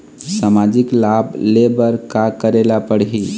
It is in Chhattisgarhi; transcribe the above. सामाजिक लाभ ले बर का करे ला पड़ही?